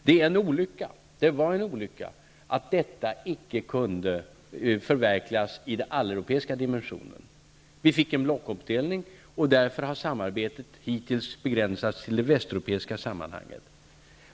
Det var en olycka att denna tanke inte kunde förverkligas i den alleuropeiska dimensionen. Det skapades en blockuppdelning, och därför har samarbetet hittills begränsats till de västeuropeiska sammanhangen.